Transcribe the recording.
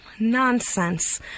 Nonsense